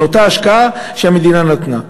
מאותה השקעה שהמדינה נתנה.